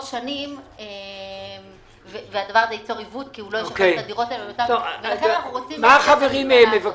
שנים וזה ייצור עיוות- -- מה החברים מבקשים?